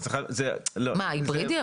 היברידי?